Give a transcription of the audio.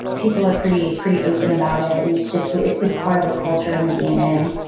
people are pretty pretty open about it and it's just it's just part of a culture and the dna.